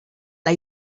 lay